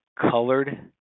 colored